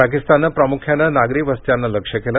पाकिस्ताननं प्रामुख्यानं नागरी वस्त्यांना लक्ष्य केलं